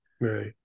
Right